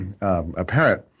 apparent